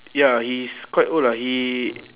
ya he is quite old lah he